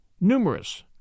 numerous